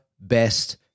best